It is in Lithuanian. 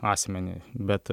asmenį bet